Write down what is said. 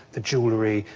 the jewellery,